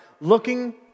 looking